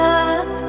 up